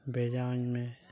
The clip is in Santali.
ᱵᱷᱮᱡᱟᱣᱟᱹᱧ ᱢᱮ